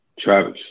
Travis